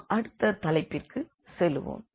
நாம் அடுத்த தலைப்பிற்கு செல்வோம்